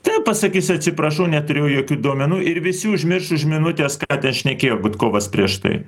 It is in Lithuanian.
taip pasakys atsiprašau neturiu jokių duomenų ir visi užmirš už minutės ką ten šnekėjo gudkovas prieš tai